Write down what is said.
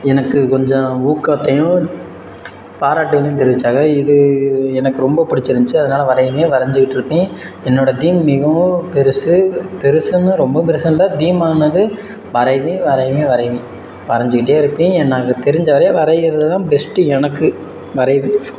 எனக்கு கொஞ்சம் ஊக்கத்தையும் பாராட்டுகளையும் தெரிவித்தாங்க இது எனக்கு ரொம்ப பிடிச்சிருந்துச்சி அதனால் வரைவேன் வரைஞ்சிக்கிட்ருப்பேன் என்னோடய தீம் மிகவும் பெருசு பெருசுன்னால் ரொம்பவும் பெருசும் இல்லை தீம் ஆனது வரைவேன் வரைவேன் வரைவேன் வரைஞ்சிக்கிட்டே இருப்பேன் எனக்கு தெரிஞ்சவரை வரைகிறது தான் பெஸ்ட்டு எனக்கு வரைவேன்